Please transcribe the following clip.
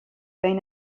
بین